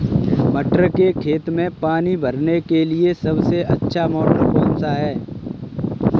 मटर के खेत में पानी भरने के लिए सबसे अच्छा मोटर कौन सा है?